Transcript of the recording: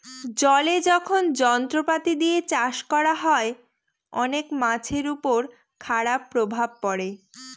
জলে যখন যন্ত্রপাতি দিয়ে চাষ করা হয়, অনেক মাছের উপর খারাপ প্রভাব পড়ে